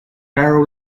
barrel